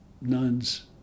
nuns